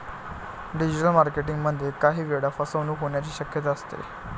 digital marketing मध्ये काही वेळा फसवणूक होण्याची शक्यता असते